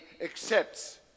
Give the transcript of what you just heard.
accepts